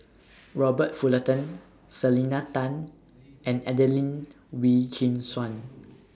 Robert Fullerton Selena Tan and Adelene Wee Chin Suan